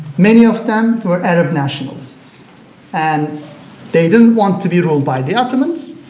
many of them were arab nationals and they didn't want to be ruled by the ottomans.